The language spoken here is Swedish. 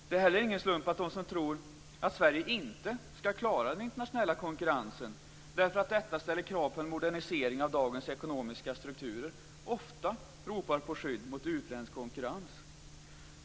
Det är heller ingen slump att de som tror att Sverige inte skall klara den internationella konkurrensen, därför att detta ställer krav på en modernisering av dagens ekonomiska strukturer, ofta ropar på skydd mot utländsk konkurrens.